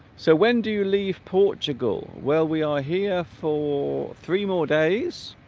so when do you leave portugal well we are here for three more days